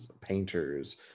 painters